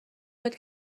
داد